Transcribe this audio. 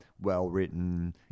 well-written